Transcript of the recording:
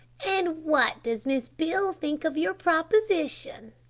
and what does miss beale think of your proposition?